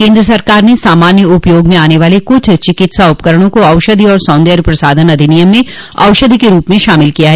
केन्द्र सरकार ने सामान्य उपयोग में आने वाले कुछ चिकित्सा उपकरणों को औषधि और सौंदर्य प्रसाधन अधिनियम में औषधि के रूप में शामिल कर लिया है